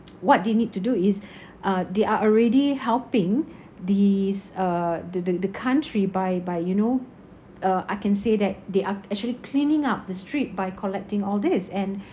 what they need to do is uh they are already helping these uh the the the country by by you know uh I can say that they are actually cleaning up the street by collecting all these and